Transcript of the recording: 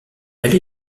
elle